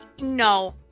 no